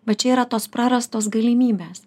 va čia yra tos prarastos galimybės